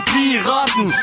Piraten